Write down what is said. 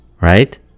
right